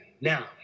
Now